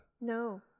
no